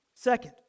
Second